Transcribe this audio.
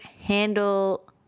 handle